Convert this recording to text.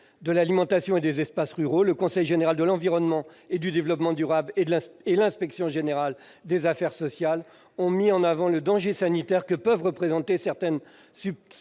de l'alimentation et des espaces ruraux, le Conseil général de l'environnement et du développement durable et l'Inspection générale des affaires sociales ont mis en avant le danger sanitaire que peuvent présenter certaines substances